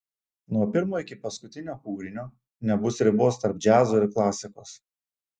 nuo pirmo iki paskutinio kūrinio nebus ribos tarp džiazo ir klasikos